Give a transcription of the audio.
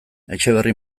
etxeberri